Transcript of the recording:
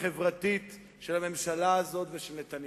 החברתית של הממשלה הזאת ושל נתניהו,